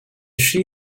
she